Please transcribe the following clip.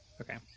Okay